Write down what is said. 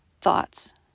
thoughts